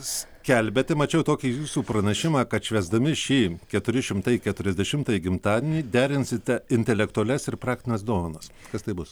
skelbiate mačiau tokį jūsų pranešimą kad švęsdami šį keturi šimtai keturiasdešimtąjį gimtadienį derinsite intelektualias ir praktines dovanas kas tai bus